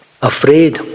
afraid